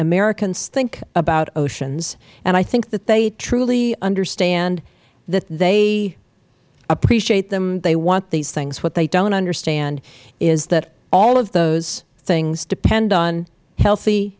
americans think about oceans and i think that they truly understand that they appreciate them they want these things what they do not understand is that all of those things depend on healthy